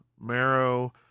Marrow